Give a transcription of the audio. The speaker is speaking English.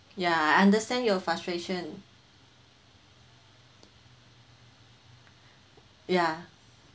ya I understand your frustration ya